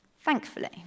Thankfully